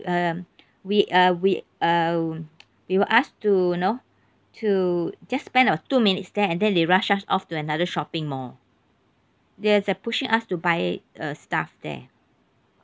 um we uh we uh we were asked to you know to just spend a two minutes there and then they rushed us off to another shopping mall they're uh pushing us to buy uh stuff there